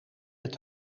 met